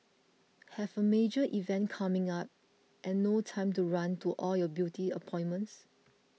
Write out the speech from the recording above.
have a major event coming up and no time to run to all your beauty appointments